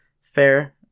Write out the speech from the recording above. fair